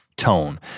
tone